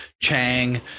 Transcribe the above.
Chang